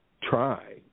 try